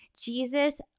Jesus